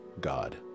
God